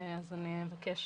אז אני אבקש